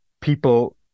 people